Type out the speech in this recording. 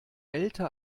älter